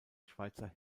schweizer